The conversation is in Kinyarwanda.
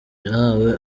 yahawe